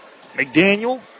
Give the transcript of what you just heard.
McDaniel